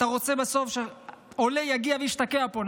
אתה רוצה בסוף שעולה יגיע וישתקע פה,